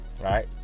right